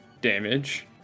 damage